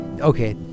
okay